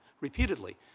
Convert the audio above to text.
repeatedly